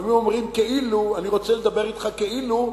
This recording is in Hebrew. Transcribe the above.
לפעמים אומרים "כאילו" אני רוצה לדבר אתך כאילו,